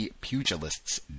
pugilists